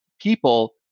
people